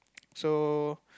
so